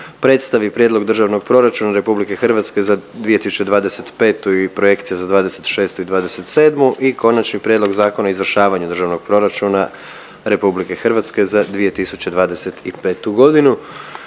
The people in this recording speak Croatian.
predstavi Prijedlog Državnog proračuna Republike Hrvatske za 2025. i projekcije za 2026. i 2027. i Konačni prijedlog zakona o izvršavanju Državnog proračuna Republike Hrvatske za 2025. godinu.